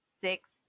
six